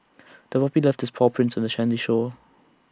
the puppy left its paw prints on the shore